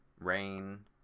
rain